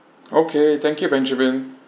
okay thank you benjamin